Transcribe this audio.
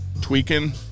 tweaking